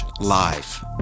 live